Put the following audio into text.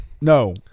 No